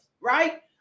right